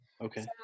Okay